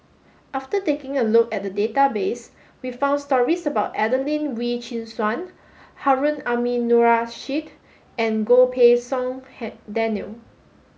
after taking a look at the database we found stories about Adelene Wee Chin Suan Harun Aminurrashid and Goh Pei Siong Daniel